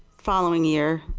following year.